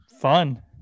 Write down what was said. fun